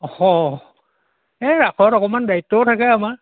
অঁ এই ৰাসত অকণমান দায়িত্বও থাকে আমাৰ